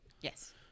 Yes